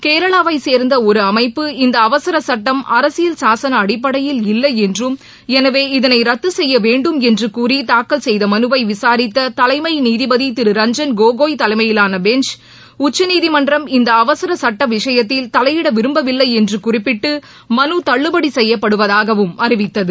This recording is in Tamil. கேரளாவைச் சேர்ந்த ஒரு அமைப்பு இந்த அவசர சுட்டம் அரசியல் சாசன அடிப்படையில் இல்லை என்றும் எனவே இதனை ரத்து செய்ய வேண்டும் என்று கூறி தாக்கல் செய்த மனுவை விசாரித்த தலைமை நீதிபதி திரு ரஞ்சன் கோகோய் தலைமையிலான பெஞ்ச் உச்சநீதிமன்றம் இந்த அவசர சுட்ட விஷயகத்தில் தவையிட விரும்பவில்லை என்று குறிப்பிட்டு மனு தள்ளுபடி செய்யப்படுவதாகவும் அறிவித்தது